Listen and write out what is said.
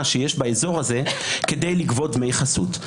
שיש באזור הזה כדי לגבות דמי חסות,